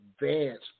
advanced